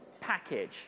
package